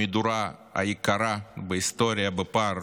המדורה היקרה בהיסטוריה בפער